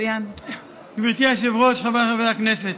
גברתי היושבת-ראש, חבריי חברי הכנסת,